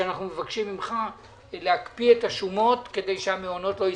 אנחנו מבקשים ממך להקפיא את השומות כדי שהמעונות לא ייסגרו.